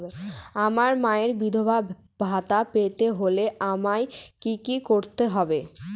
আমার মায়ের বিধবা ভাতা পেতে হলে আমায় কি কি করতে হবে?